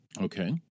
Okay